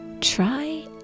try